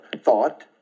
thought